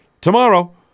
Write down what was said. tomorrow